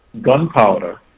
gunpowder